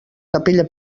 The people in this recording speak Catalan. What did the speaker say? capella